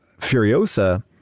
Furiosa